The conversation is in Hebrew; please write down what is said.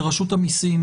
זה רשות המיסים